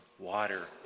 water